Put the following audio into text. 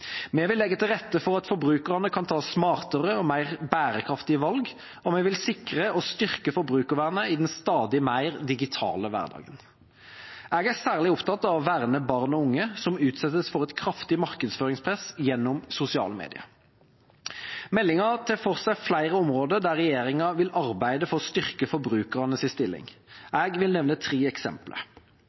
Vi vil legge til rette for at forbrukerne kan ta smartere og mer bærekraftige valg, og vi vil sikre og styrke forbrukervernet i den stadig mer digitale hverdagen. Jeg er særlig opptatt av å verne barn og unge, som utsettes for et kraftig markedsføringspress gjennom sosiale medier. Meldinga tar for seg flere områder der regjeringa vil arbeide for å styrke forbrukernes stilling. Jeg vil nevne tre eksempler.